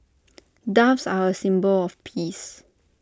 doves are A symbol of peace